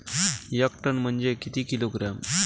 एक टन म्हनजे किती किलोग्रॅम?